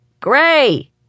Gray